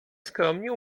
skromnie